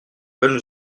veulent